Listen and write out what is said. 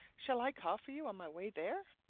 shall i call for you on my way there?